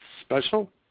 Special